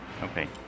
Okay